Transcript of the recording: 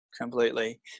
completely